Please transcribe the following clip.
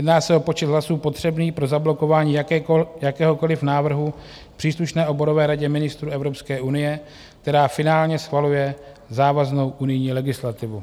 Jedná se o počet hlasů potřebný pro zablokování jakéhokoli návrhu v příslušné oborové Radě ministrů Evropské unie, která finálně schvaluje závaznou unijní legislativu.